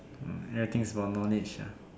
mm everything is about knowledge ah